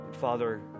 Father